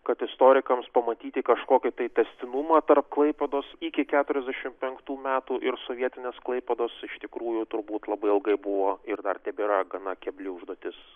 kad istorikams pamatyti kažkokį tai tęstinumą tarp klaipėdos iki keturiasdešimt penktų metų ir sovietinės klaipėdos iš tikrųjų turbūt labai ilgai buvo ir dar tebėra gana kebli užduotis